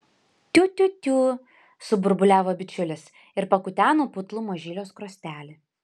tiu tiu tiu suburbuliavo bičiulis ir pakuteno putlų mažylio skruostelį